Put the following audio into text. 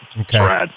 Okay